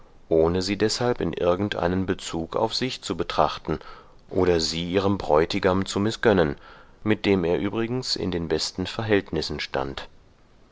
ohne sie deshalb in irgendeinem bezug auf sich zu betrachten oder sie ihrem bräutigam zu mißgönnen mit dem er übrigens in den besten verhältnissen stand